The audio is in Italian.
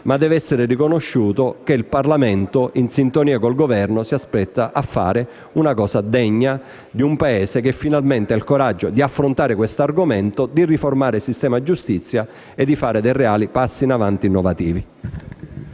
ma deve essere riconosciuto che il Parlamento, in sintonia con il Governo, sta compiendo una cosa degna di un Paese che finalmente ha il coraggio di affrontare l'argomento, ossia riformare il sistema giustizia e fare dei passi avanti realmente innovativi.